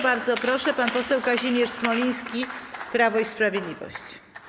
Bardzo proszę, pan poseł Kazimierz Smoliński, Prawo i Sprawiedliwość.